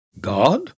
God